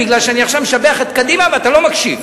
כי אני עכשיו משבח את קדימה ואתה לא מקשיב.